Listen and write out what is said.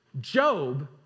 Job